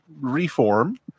reform